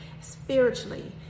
spiritually